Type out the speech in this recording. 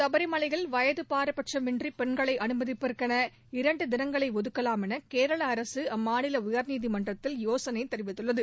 சபரிமலையில் வயது பாரபட்சமின்றி பெண்களை அனுமதிப்பதற்கென இரண்டு தினங்களை ஒதுக்கலாம் என கேரள அரசு அம்மாநில உயர்நீதிமன்றத்தில் யோசனை தெரிவித்துள்ளது